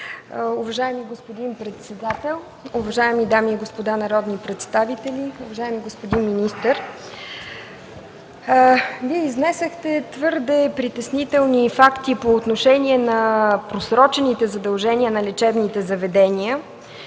Уважаеми господин председател, уважаеми дами и господа народни представители, уважаеми господин министър! Вие изнесохте твърде притеснителни факти по отношение на просрочените задължения на лечебните заведения.